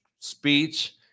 Speech